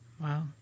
Wow